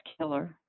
killer